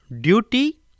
duty